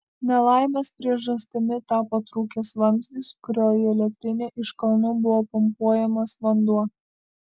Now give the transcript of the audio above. nelaimės priežastimi tapo trūkęs vamzdis kuriuo į elektrinę iš kalnų buvo pumpuojamas vanduo